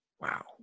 wow